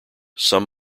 some